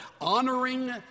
honoring